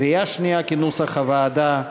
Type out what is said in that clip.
כנוסח הוועדה,